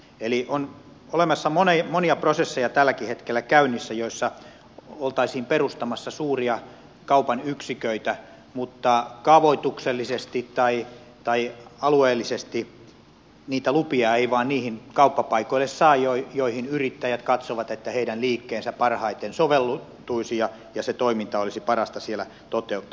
eli on tälläkin hetkellä käynnissä monia prosesseja joissa oltaisiin perustamassa suuria kaupan yksiköitä mutta kaavoituksellisesti tai alueellisesti niitä lupia ei vain saa niille kauppapaikoille joille yrittäjät katsovat että heidän liikkeensä parhaiten soveltuisi ja se toiminta olisi parasta siellä toteuttaa